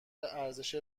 ارزش